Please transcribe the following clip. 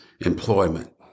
employment